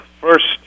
First